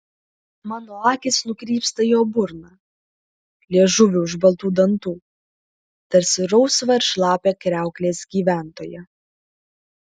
mano akys nukrypsta į jo burną liežuvį už baltų dantų tarsi rausvą ir šlapią kriauklės gyventoją